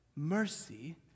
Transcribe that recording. Mercy